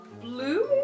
blue